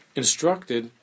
instructed